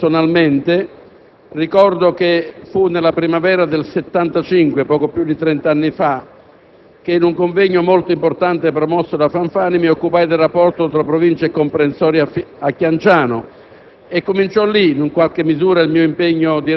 Ho avuto la ventura di conoscerlo personalmente e ricordo che nella primavera del 1975, poco più di trent'anni fa, in un convegno molto importante a Chianciano promosso da Fanfani, mi occupai del rapporto tra Provincia e comprensorio. Cominciò